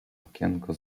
okienko